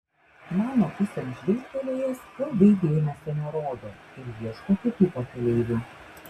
mano pusėn žvilgtelėjęs ilgai dėmesio nerodo ir ieško kitų pakeleivių